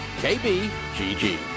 KBGG